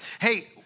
Hey